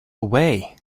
away